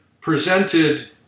presented